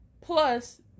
plus